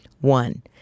one